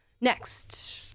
Next